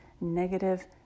negative